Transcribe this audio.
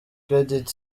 credit